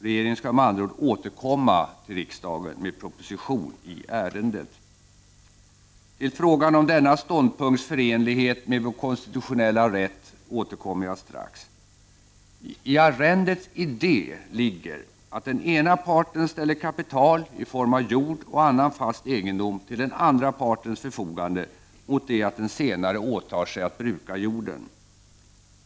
Regeringen skall med andra ord återkomma till riksdagen med en proposition i ärendet. Till frågan om denna ståndpunkts förenlighet med vår konstitutionella rät återkommer jag strax. : I arrendets idé ligger att den ena parten ställer kapital i form av jord och annan fast egendom till den andra partens förfogande mot det att den senare åtar sig att bruka jorden.